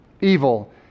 evil